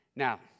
Now